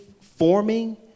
forming